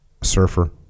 surfer